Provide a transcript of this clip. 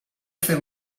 fer